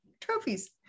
trophies